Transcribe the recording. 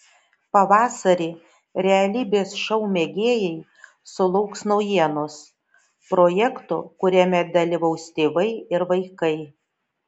pavasarį realybės šou mėgėjai sulauks naujienos projekto kuriame dalyvaus tėvai ir vaikai